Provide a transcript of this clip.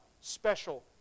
special